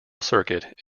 circuit